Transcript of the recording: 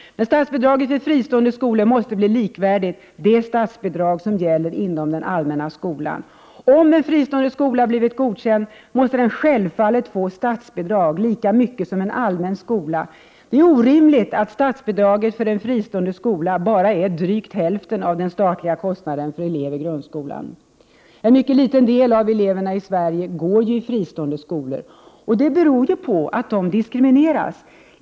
Statsbidraget för fristående skolor måste bli likvärdigt med de statsbidrag som gäller inom den allmänna skolan. Om en fristående skola har blivit godkänd, måste den självfallet få lika mycket i statsbidrag som en allmän skola. Det är orimligt att statsbidraget för fristående skola är bara cirka hälften av den statliga kostnaden för elever i grundskolan! En mycket liten del av eleverna i Sverige går i fristående skolor. Det beror ju på att de fristående skolorna i Sverige diskrimineras.